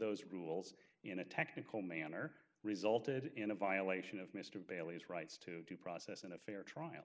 those rules in a technical manner resulted in a violation of mr bailey's rights to process in a fair trial